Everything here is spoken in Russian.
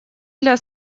для